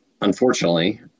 unfortunately